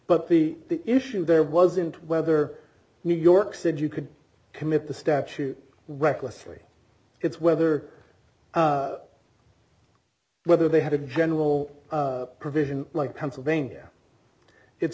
but the issue there wasn't whether new york city you could commit the statute recklessly it's whether whether they had a general provision like pennsylvania it's